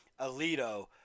alito